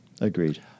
Agreed